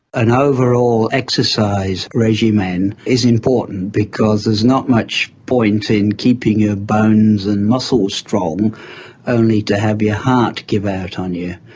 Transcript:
an overall exercise regimen is important because there's not much point in keeping your bones and muscles strong only to have your heart give out on you.